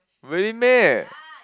really meh